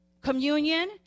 communion